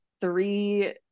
three